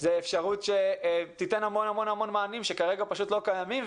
זה אפשרות שתיתן המון מענים שכרגע פשוט לא קיימים,